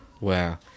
Wow